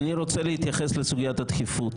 אני רוצה להתייחס לסוגיית הדחיפות,